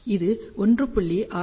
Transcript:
இது 1